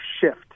shift